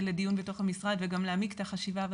לדיון בתוך המשרד וגם להעמיק את החשיבה.